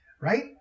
right